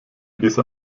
dieser